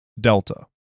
Delta